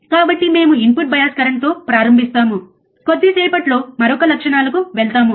కాబట్టి మేము input bias కరెంట్తో ప్రారంభిస్తాము కొద్దిసేపట్లో మరొక లక్షణాలకు వెళ్తాము